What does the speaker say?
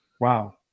wow